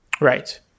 Right